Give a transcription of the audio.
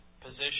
position